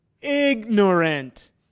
ignorant